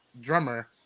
drummer